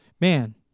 man